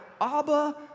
Abba